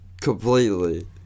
Completely